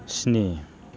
स्नि